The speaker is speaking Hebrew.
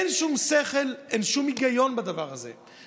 אין שום שכל, אין שום היגיון בדבר הזה.